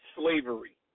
slavery